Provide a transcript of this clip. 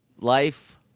life